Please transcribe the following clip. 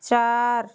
চার